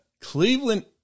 Cleveland